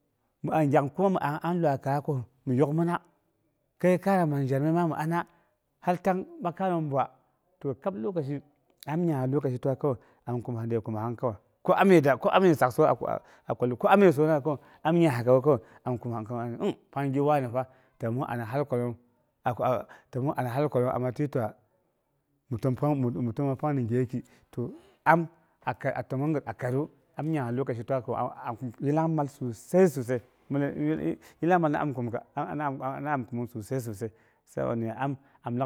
Mə'angyak kuma mi an iwaka mi yokmira keikana manzheye ma mi ana haltang ɓakaiyom ɓwa. to kap tang lokashi am yangha lokashi twa kawai am kumha khimahang kawai, ko am ni da ko an niye saksoi kawai am yangha ka wu kawai am khima ga pangi wane fa ta min ana hal kwalom təmong hal kwaom mi təma pangni gheki. Toh am yangha lokashi twa to am kum yilangmal sosai sosai, yilangmal mi am kumka am ana kumung, sosai sabo nya am